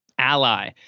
ally